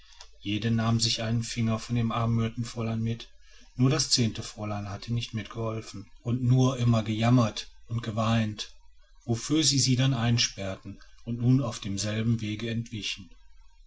jede nahm sich einen finger von dem armen myrtenfräulein mit nur das zehnte fräulein hatte nicht mitgeholfen und nur immer gejammert und geweint wofür sie sie dann einsperrten und nun auf demselben wege entwichen